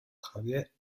javier